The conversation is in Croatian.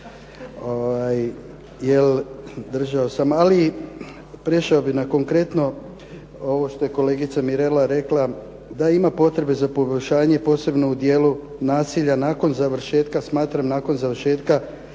držao sam. Ali prešao bih na konkretno ovo što je kolegica Mirela rekla, da ima potrebe za poboljšanje, posebno u dijelu nasilja nakon završetka, smatram nakon završetka